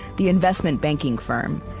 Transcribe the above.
the investment banking firm,